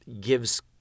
gives